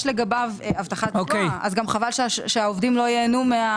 לגביו --- אז חבל שהעובדים לא ייהנו.